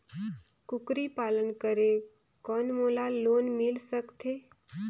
कूकरी पालन करे कौन मोला लोन मिल सकथे?